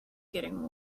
getting